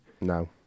No